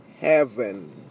heaven